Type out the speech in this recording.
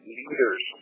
leaders